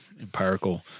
empirical